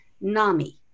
NAMI